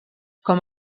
com